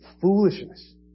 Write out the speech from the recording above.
foolishness